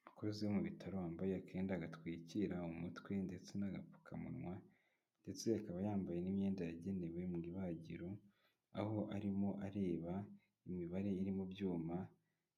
Umukozi wo mu bitaro wambaye akenda gatwikira umutwe ndetse n'agapfukamunwa ndetse akaba yambaye n'imyenda yagenewe mu ibagiro, aho arimo areba imibare iri mu byuma